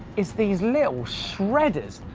is these little shredders.